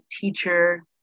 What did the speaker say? teacher